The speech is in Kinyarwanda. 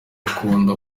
bakunda